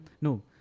No